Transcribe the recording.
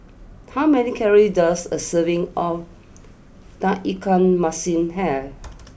how many calories does a serving of Tauge Ikan Masin have